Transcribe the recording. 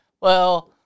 Well-